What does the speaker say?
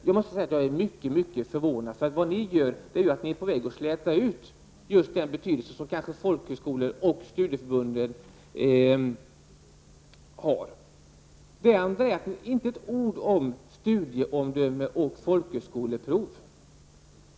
Jag måste säga att jag är mycket förvånad. Vad ni gör är att ni är på väg att släta ut just den betydelse som folkhögskolor och studieförbund har. Och inte ett ord om studieomdöme eller folkhögskoleprov.